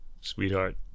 sweetheart